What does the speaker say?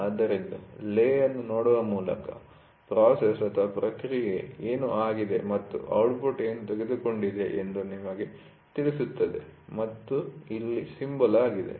ಆದ್ದರಿಂದ ಲೇ ಅನ್ನು ನೋಡುವ ಮೂಲಕ ಪ್ರಾಸೆಸ್ಪ್ರಕ್ರಿಯೆ ಏನು ಆಗಿದೆ ಮತ್ತು ಔಟ್ಟ್ಪುಟ್ ಏನು ತೆಗೆದುಕೊಂಡಿದೆ ಎಂದು ನಮಗೆ ತಿಳಿಯುತ್ತದೆ ಮತ್ತು ಇಲ್ಲಿ ಸಿಂಬಲ್ ಆಗಿದೆ